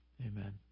Amen